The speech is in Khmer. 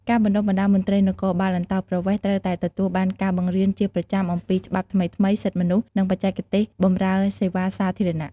ការបណ្តុះបណ្តាលមន្ត្រីគរបាលអន្តោប្រវេសន៍ត្រូវតែទទួលបានការបង្រៀនជាប្រចាំអំពីច្បាប់ថ្មីៗ សិទ្ធិមនុស្ស និងបច្ចេកទេសបម្រើសេវាសាធារណៈ។